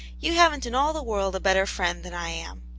you hav'n't in all the world a better friend than i am.